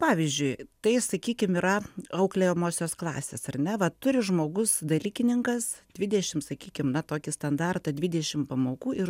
pavyzdžiui tai sakykim yra auklėjamosios klasės ar ne vat turi žmogus dalykininkas dvidešim sakykim na tokį standartą dvidešim pamokų ir